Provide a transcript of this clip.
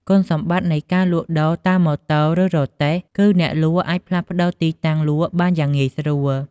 គុណសម្បត្តិនៃការលក់ដូរតាមម៉ូតូ ឬរទេះ គឺអ្នកលក់អាចផ្លាស់ប្តូរទីតាំងលក់បានយ៉ាងងាយស្រួល។